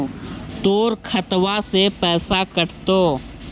तोर खतबा से पैसा कटतो?